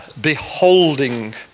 beholding